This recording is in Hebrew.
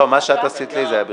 לא, מה שאת עשית לי זה היה ביריוני.